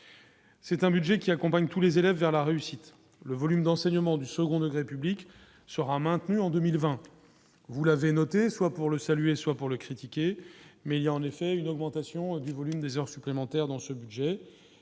c'est un budget qui accompagne tous les élèves vers la réussite, le volume d'enseignement du second degré public sera maintenue en 2020, vous l'avez noté, soit pour le saluer, soit pour le critiquer, mais il y a en effet une augmentation du volume des heures supplémentaires dans ce budget,